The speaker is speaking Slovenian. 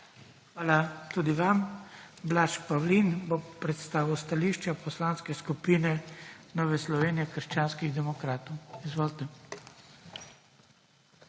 Hvala tudi vam. Blaž Pavlin bo predstavil stališče Poslanske skupine Nove Slovenije – Krščanskih demokratov. **BLAŽ